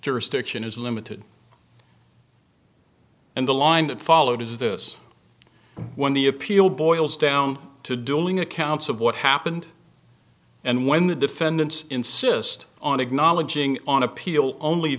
jurisdiction is limited and the line that followed is this when the appeal boils down to dueling accounts of what happened and when the defendants insist on acknowledging on appeal only